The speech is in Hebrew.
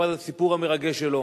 שסיפרת את הסיפור המרגש שלו,